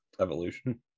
evolution